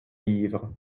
livres